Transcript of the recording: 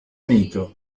unito